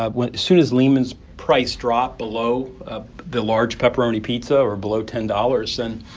ah when as soon as lehman's price dropped below the large pepperoni pizza or below ten dollars, then